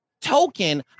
token